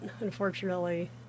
unfortunately